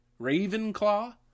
Ravenclaw